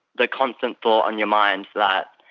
the constant thought on your mind that,